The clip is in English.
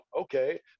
okay